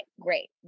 Great